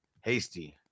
Hasty